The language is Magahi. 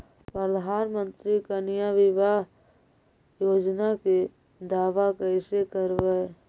प्रधानमंत्री कन्या बिबाह योजना के दाबा कैसे करबै?